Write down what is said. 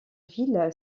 ville